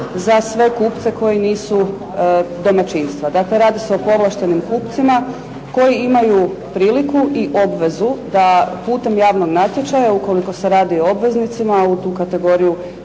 za sve kupce koji nisu domaćinstva. Dakle, radi se o povlaštenim kupcima koji imaju priliku i obvezu da putem javnog natječaja, ukoliko se radi o obveznicima, u tu kategoriju